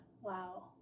Wow